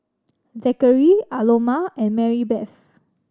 Zackary Aloma and Marybeth